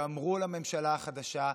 שאמרו לממשלה החדשה: